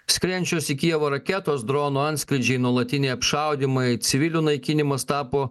skriejančius į kijevo raketos drono antskrydžiai nuolatiniai apšaudymai civilių naikinimas tapo